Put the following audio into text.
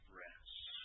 rest